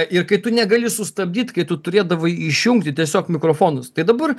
ir kai tu negali sustabdyt kai tu turėdavai išjungti tiesiog mikrofonus tai dabar